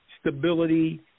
stability